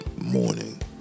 morning